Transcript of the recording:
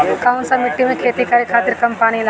कौन सा मिट्टी में खेती करे खातिर कम पानी लागेला?